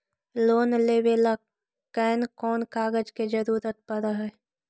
Loan लेबे ल कैन कौन कागज के जरुरत पड़ है?